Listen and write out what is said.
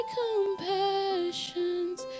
compassions